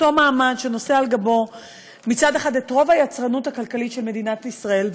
אותו מעמד שנושא על גבו מצד אחד את רוב היצרנות הכלכלית של מדינת ישראל,